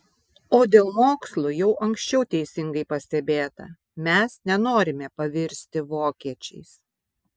o dėl mokslų jau anksčiau teisingai pastebėta mes nenorime pavirsti vokiečiais